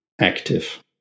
active